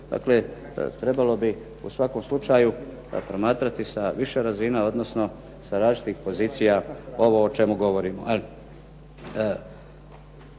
Dakle trebalo bi u svakom slučaju promatrati sa više razina, odnosno sa različitih pozicija ovo o čemu govorimo.